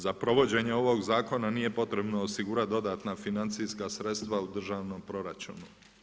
Za provođenje ovog zakona nije potrebno osigurati dodatna financijska sredstva u državnom proračunu.